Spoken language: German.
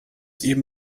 eben